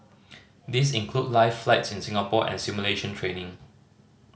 these include live flights in Singapore and simulation training